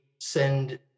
send